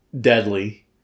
deadly